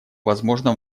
возможно